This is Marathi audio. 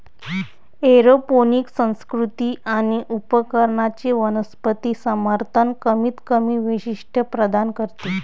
एरोपोनिक संस्कृती आणि उपकरणांचे वनस्पती समर्थन कमीतकमी वैशिष्ट्ये प्रदान करते